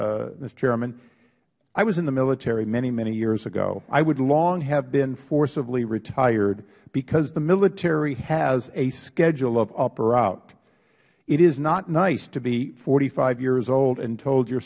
chairman i was in the military many many years ago i would long have been forcibly retired because the military has a schedule of up or out it is not nice to be forty five years old and told your